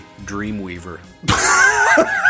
Dreamweaver